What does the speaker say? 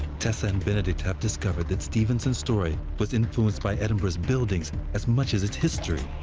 tessa and benedict have discovered that stevenson's story was influenced by edinburgh's buildings as much as its history.